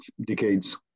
decades